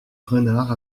renard